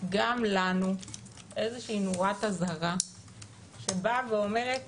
גם לנו איזו שהיא נורת אזהרה שבאה ואומרת